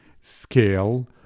scale